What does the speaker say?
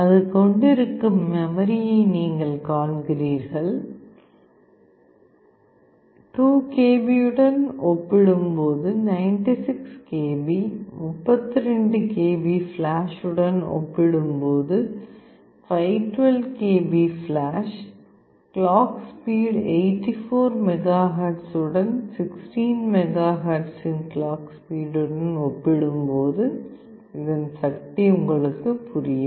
அது கொண்டிருக்கும் மெமரியை நீங்கள் காண்கிறீர்கள் 2 கிலோ பைட்ஸ் உடன் ஒப்பிடும்போது 96 kilo bytes 32 kilo bytes flash உடன் ஒப்பிடும்போது 512 kilo bytes flash clock speed 84 megahertz 16 மெகாஹெர்ட்ஸின் கிளாக் ஸ்பீடுடன் ஒப்பிடும்போது இதன் சக்தி உங்களுக்கு புரியும்